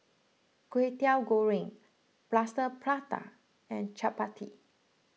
Kway Teow Goreng Plaster Prata and Chappati